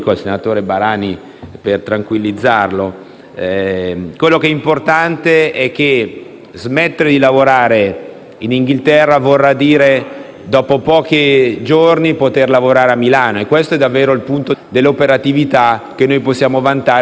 per tranquillizzarlo), ciò che è importante è che smettere di lavorare in Inghilterra vorrà dire dopo pochi giorni poter lavorare a Milano. Questo è davvero il punto di forza nella continuità dell'operatività che noi possiamo vantare rispetto a tutte le altre candidature.